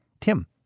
Tim